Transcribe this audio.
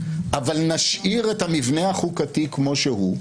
אבל נשאיר את המבנה החוקתי כמו שהוא,